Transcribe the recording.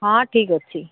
ହଁ ଠିକ୍ ଅଛି